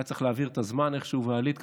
היה צריך להעביר את הזמן איכשהו ועלית,